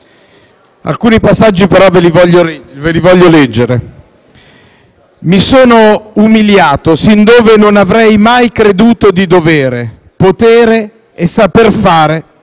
«Mi sono umiliato sin dove non avrei mai creduto di dovere, potere e saper fare, ancora progettato, ancora relazionato, ancora umiliato,